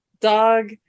Dog